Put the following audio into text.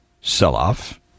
sell-off